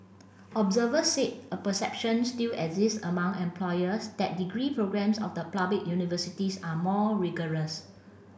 observers said a perception still exists among employers that degree programmes of the public universities are more rigorous